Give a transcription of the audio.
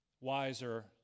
Wiser